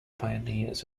pioneers